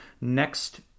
next